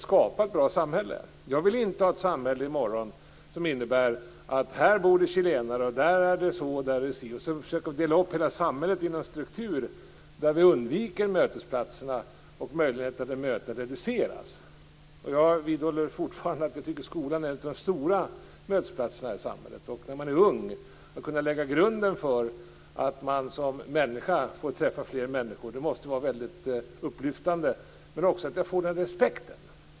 Jag vill inte i morgon ha ett samhälle som innebär att här bor det chilenare, där är det så osv. och där man försöker dela upp hela samhället i en struktur där mötesplatserna undviks och möjligheterna till möten reduceras. Jag vidhåller fortfarande att jag tycker att skolan är en av de stora mötesplatserna i samhället. Att när man är ung få lägga grunden för att man som människa får träffa fler människor måste vara väldigt upplyftande. Det är också viktigt att få respekt.